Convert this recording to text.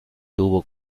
tuvo